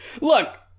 Look